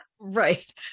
Right